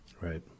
Right